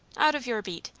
out of your beat.